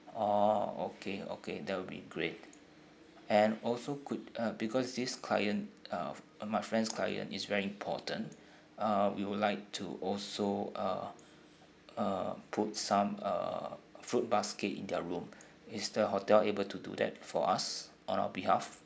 oh okay okay that will be great and also could uh because this client uh my friend's client is very important uh we would like to also uh uh put some uh fruit basket in their room is the hotel able to do that for us on our behalf